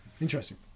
interesting